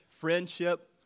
friendship